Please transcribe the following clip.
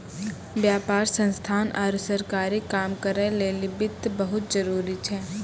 व्यापार संस्थान आरु सरकारी काम करै लेली वित्त बहुत जरुरी छै